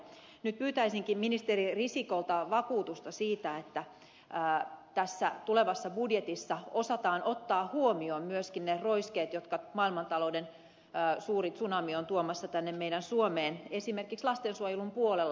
nyt pyytäisinkin ministeri riskolta vakuutusta siitä että tässä tulevassa budjetissa osataan ottaa huomioon myöskin ne roiskeet jotka maailmatalouden suuri tsunami on tuomassa tänne meidän suomeen esimerkiksi lastensuojelun puolella